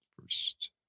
First